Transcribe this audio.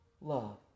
love